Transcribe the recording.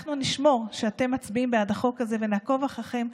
אנחנו נשמור שאתם מצביעים בעד החוק הזה ונעקוב אחריכם.